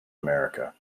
america